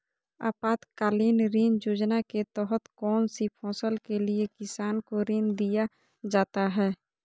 आपातकालीन ऋण योजना के तहत कौन सी फसल के लिए किसान को ऋण दीया जाता है?